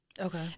Okay